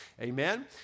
Amen